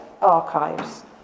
archives